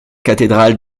cathédrale